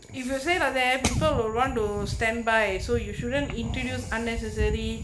if you say are there people will run to stand by so you shouldn't introduce unnecessary